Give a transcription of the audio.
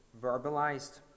verbalized